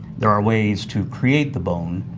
there are ways to create the bone,